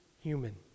human